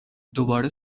دوباره